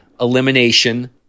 elimination